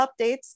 updates